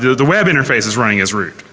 the web interface is running as root.